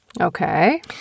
Okay